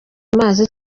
amazi